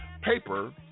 paper